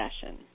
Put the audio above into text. session